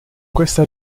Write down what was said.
questa